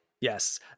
Yes